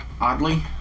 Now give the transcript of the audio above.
Oddly